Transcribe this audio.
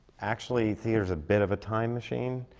actually, theatre is a bit of a time machine,